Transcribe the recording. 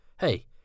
Hey